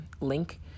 link